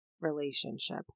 relationship